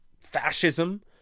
fascism